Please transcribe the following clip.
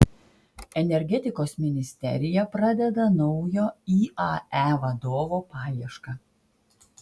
energetikos ministerija pradeda naujo iae vadovo paiešką